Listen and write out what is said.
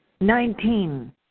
Nineteen